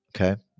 Okay